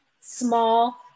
small